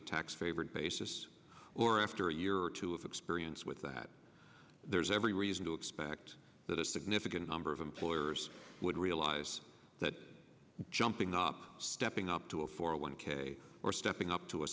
tax favored basis or after a year or two of experience with that there's every reason to expect that a significant number of employers would realize that jumping up stepping up to a four one k or stepping up to a